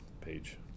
Page